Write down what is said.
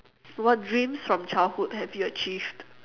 what dreams from childhood have you achieved